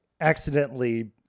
accidentally